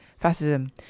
fascism